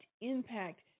impact